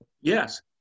Yes